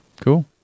Cool